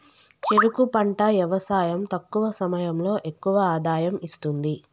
చెరుకు పంట యవసాయం తక్కువ సమయంలో ఎక్కువ ఆదాయం ఇస్తుంది